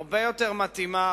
הרבה יותר מתאימה,